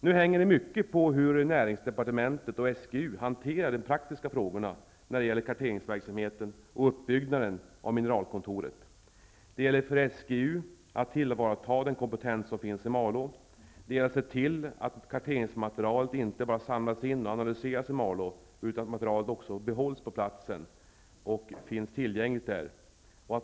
Nu hänger mycket på hur näringsdepartementet och SGU hanterar de praktiska frågorna när det gäller karteringsverksamheten och uppbyggnaden av mineralkontoret. Det gäller för SGU att tillvarata den kompetens som finns i Malå. Det gäller att se till att karteringsmaterialet inte bara samlas in och analyseras i Malå utan att det också behålls på platsen och finns tillgängligt där.